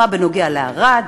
מה בנוגע לערד?